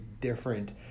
different